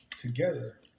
together